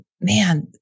man